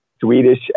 Swedish